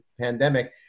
pandemic